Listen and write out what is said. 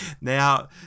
Now